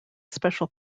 special